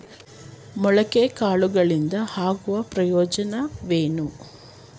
ಮೊಳಕೆ ಕಾಳುಗಳಿಂದ ಆಗುವ ಪ್ರಯೋಜನವೇನು?